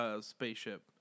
spaceship